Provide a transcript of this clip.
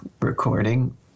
Recording